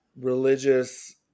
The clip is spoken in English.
religious